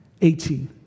18